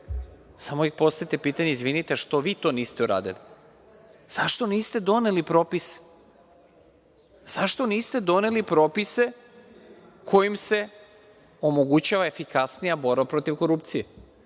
samo im postavite pitanje – izvinite, što vi to niste uradili? Zašto niste doneli propise? Zašto niste doneli propise kojima se omogućava efikasnija borba protiv korupcije?